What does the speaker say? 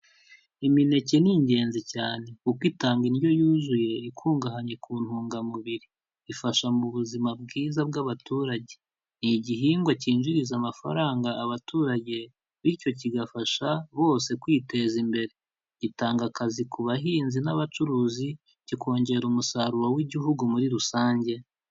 Imineke ni ingenzi cyane kuko itanga indyo yuzuye ikungahaye ku ntungamubiri, ifasha mu buzima bwiza bw'abaturage, ni igihingwa cyinjiriza amafaranga abaturage bityo kigafasha bose kwiteza imbere, gitanga akazi ku bahinzi n'abacuruzi, kikongera umusaruro w'igihugu muri rusange.